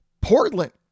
Portland